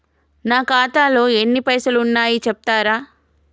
నా ఖాతాలో ఎన్ని పైసలు ఉన్నాయి చెప్తరా?